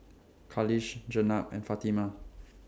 Khalish Jenab and Fatimah